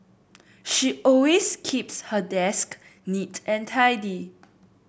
she always keeps her desk neat and tidy